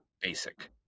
basic